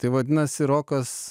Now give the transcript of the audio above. tai vadinasi rokas